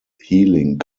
healing